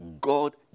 God